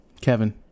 Kevin